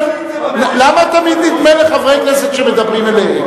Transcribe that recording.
למה תמיד נדמה לחברי כנסת שמדברים אליהם?